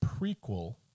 prequel